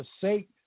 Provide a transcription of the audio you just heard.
forsake